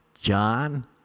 John